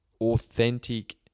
authentic